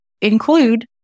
include